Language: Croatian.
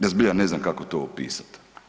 Ja zbilja ne znam kako to opisati.